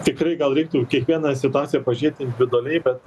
tikrai gal reiktų kiekvieną situaciją pažiūrėti individualiai bet